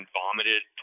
vomited